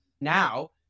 now